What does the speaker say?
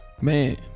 Man